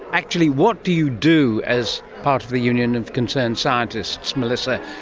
actually what do you do as part of the union of concerned scientists, melissa,